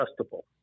adjustable